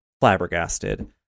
flabbergasted